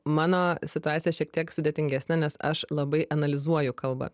mano situacija šiek tiek sudėtingesnė nes aš labai analizuoju kalbą